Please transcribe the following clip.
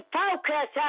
focus